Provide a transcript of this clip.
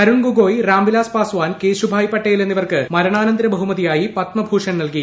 തരുൺ ഗൊഗോയ് രാംവിലാസ് പസ്വാൻ കേശുഭായ് പട്ടേൽ എന്നിവർക്ക് മരണാനന്തര ബഹുമതിയായി പത്മഭൂഷൺ നൽകി